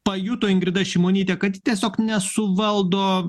pajuto ingrida šimonytė kad tiesiog nesuvaldo